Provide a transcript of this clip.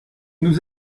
nous